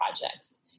projects